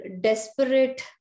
desperate